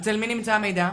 אצל מי נמצא המידע?